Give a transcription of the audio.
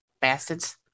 Bastards